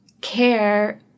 care